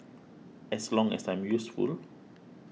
as long as I'm useful